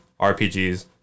RPGs